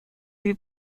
lui